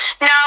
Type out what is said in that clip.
no